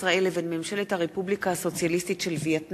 ירדנה מלר-הורוביץ: 4 נאומים בני דקה 5 מסעוד גנאים (רע"ם-תע"ל):